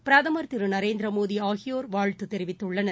பிரதமர் திரு நரேந்திர மோடி ஆகியோர் வாழ்த்து தெரிவித்துள்ளனர்